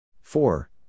Four